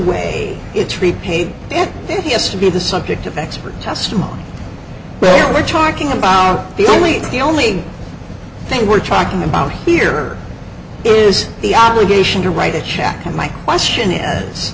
way it's repaid if he has to be the subject of expert testimony we're talking about the only the only thing we're talking about here is the obligation to write a check and my question is